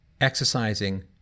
exercising